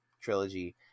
trilogy